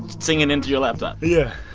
singing into your laptop yeah